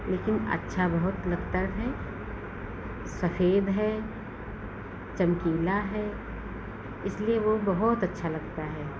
लेकिन अच्छा बहुत लगता है सफे़द है चमकीला है इसलिए वह बहुत अच्छा लगता है